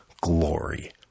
Glory